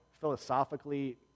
philosophically